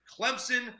Clemson